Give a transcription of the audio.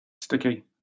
Sticky